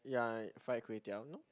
ya fried Kway-Teow no